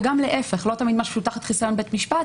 וגם להיפך לא תמיד משהו שהוא תחת חיסיון בית-משפט,